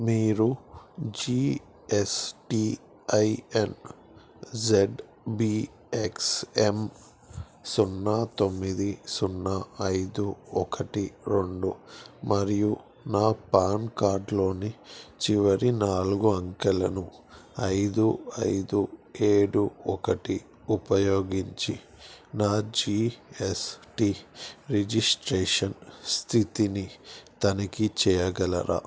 మీరు G S T I N Z B X M సున్నా తొమ్మిది సున్నా ఐదు ఒకటి రెండు మరియు నా పాన్ కార్డ్లోని చివరి నాలుగు అంకెలను ఐదు ఐదు ఏడు ఒకటి ఉపయోగించి నా జీ ఎస్ టీ రిజిస్ట్రేషన్ స్థితిని తనిఖీ చేయగలరా